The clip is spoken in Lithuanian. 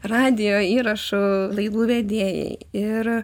radijo įrašų laidų vedėjai ir